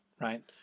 right